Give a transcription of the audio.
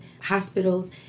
hospitals